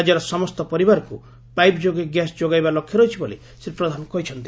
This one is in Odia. ରାକ୍ୟର ସମସ୍ତ ପରିବାରକୁ ପାଇପ୍ ଯୋଗେ ଗ୍ୟାସ୍ ଯୋଗାଇବା ଲକ୍ଷ୍ୟ ରହିଛି ବୋଲି ଶ୍ରୀ ପ୍ରଧାନ କହିଛନ୍ତି